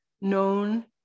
known